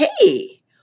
hey